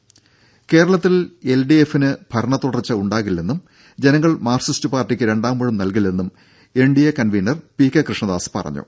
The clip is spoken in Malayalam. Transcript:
ദര കേരളത്തിൽ എൽ ഡി എഫിന് ഭരണത്തുടർച്ച യുണ്ടാകില്ലെന്നും ജനങ്ങൾ മാർക്സിസ്റ്റ് പാർട്ടിക്ക് രണ്ടാമൂഴം നൽകില്ലെന്നും N D A convenor P K Krishnadas പറഞ്ഞു